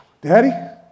Daddy